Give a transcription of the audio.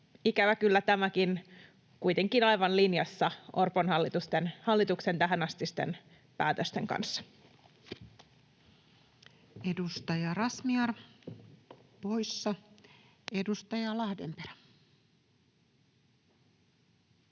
Ikävä kyllä, tämäkin on kuitenkin aivan linjassa Orpon hallituksen tähänastisten päätösten kanssa. Edustaja Razmyar, poissa. — Edustaja Lahdenperä.